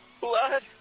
Blood